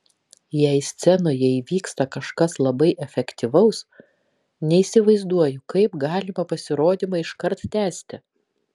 jei scenoje įvyksta kažkas labai efektyvaus neįsivaizduoju kaip galima pasirodymą iškart tęsti